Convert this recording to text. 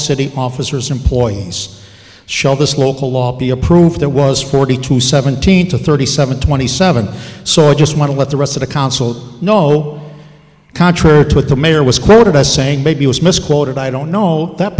city officers employees schulthess local law be approved that was forty two seventeen to thirty seven twenty seven so i just want to let the rest of the council know contrary to what the mayor was quoted as saying maybe was misquoted i don't know that